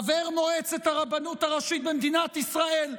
חבר מועצת הרבנות הראשית במדינת ישראל,